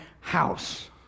house